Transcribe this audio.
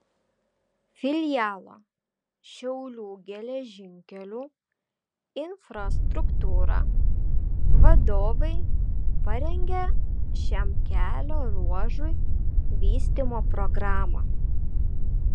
filialo šiaulių geležinkelių infrastruktūra vadovai parengė šiam kelio ruožui vystymo programą